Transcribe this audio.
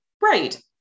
Right